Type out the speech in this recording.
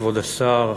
כבוד השר,